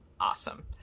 awesome